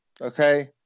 Okay